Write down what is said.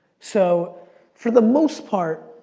so for the most part,